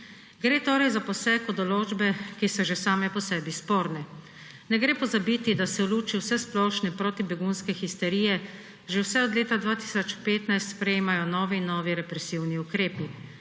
Gre torej za poseg v določbe, ki so že same po sebi sporne. Ne gre pozabiti, da se v luči vsesplošne protibegunske histerije že vse od leta 2015 sprejemajo novi in novi represivni ukrepi.